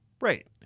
Right